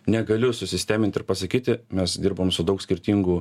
negaliu susistemint ir pasakyti mes dirbom su daug skirtingų